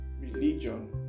religion